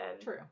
true